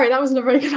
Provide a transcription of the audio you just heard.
like that wasn't a